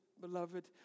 Beloved